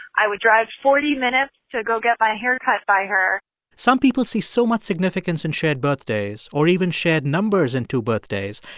i would drive forty minutes to go get my hair cut by her some people see so much significance in shared birthdays, or even shared numbers in two birthdays,